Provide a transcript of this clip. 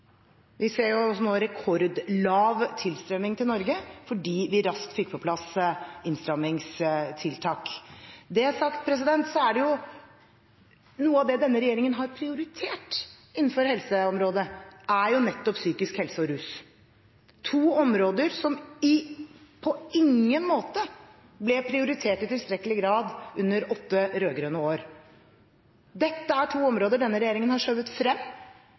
nå rekordlav tilstrømming til Norge fordi vi raskt fikk på plass innstrammingstiltak. Når det er sagt, er noe av det denne regjeringen har prioritert innenfor helseområdet, nettopp psykisk helse og rus – to områder som på ingen måte ble prioritert i tilstrekkelig grad under åtte rød-grønne år. Dette er to områder denne regjeringen har skjøvet frem